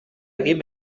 egin